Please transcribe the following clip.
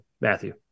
Matthew